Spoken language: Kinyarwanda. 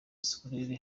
scolaire